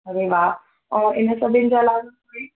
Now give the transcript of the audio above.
अड़े वाह ऐं हिन सभिनी जे अलावा कोई